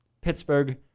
Pittsburgh